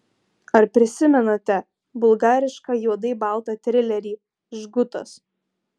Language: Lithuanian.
ar prisimenate bulgarišką juodai baltą trilerį žgutas